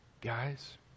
guys